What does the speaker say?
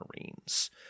marines